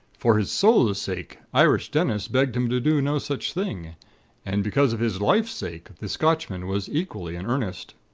for his sowl's sake irish dennis begged him to do no such thing and because of his life's sake the scotchman was equally in earnest.